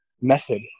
method